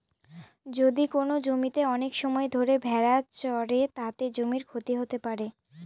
যদি কোনো জমিতে অনেক সময় ধরে ভেড়া চড়ে, তাতে জমির ক্ষতি হতে পারে